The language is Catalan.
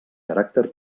caràcter